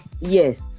Yes